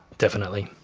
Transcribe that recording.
definitely.